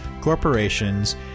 corporations